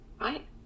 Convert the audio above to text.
Right